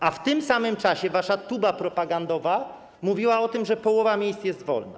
A w tym samym czasie wasza tuba propagandowa mówiła o tym, że połowa miejsc jest wolna.